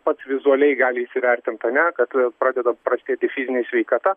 pats vizualiai gali įsivertint ane kad pradeda prastėti fizinė sveikata